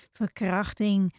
verkrachting